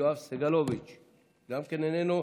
יואב סגלוביץ' גם כן איננו,